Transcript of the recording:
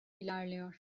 ilerliyor